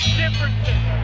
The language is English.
differences